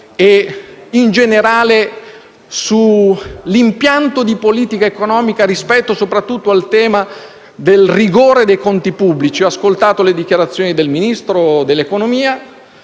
e, in generale, sull'impianto di politica economica rispetto soprattutto al tema del rigore dei conti pubblici, ho ascoltato le dichiarazioni del Ministro dell'economia